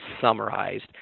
summarized